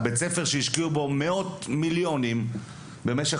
בית הספר שהשקיעו בו מאות מיליונים במשך